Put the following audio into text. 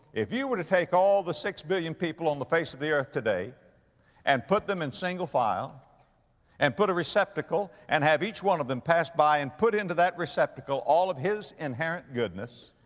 if you were to take all the six billion people on the face of the earth today and put them in single file and put a receptacle and have each one of them pass by and put into that receptacle all of his inherent goodness